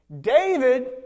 David